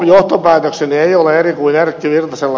johtopäätökseni ei ole eri kuin ed